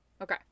Okay